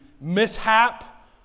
mishap